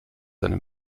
seine